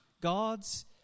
God's